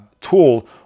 tool